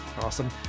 Awesome